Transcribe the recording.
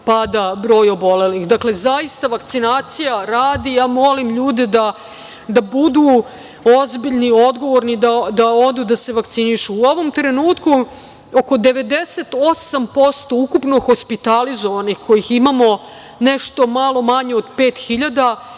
pada broj obolelih. Dakle, vakcinacija radi. Molim ljude da budu ozbiljni, odgovorni i da odu da se vakcinišu.U ovom trenutku oko 98% ukupno hospitalizovanih, kojih imamo nešto malo manje od 5.000,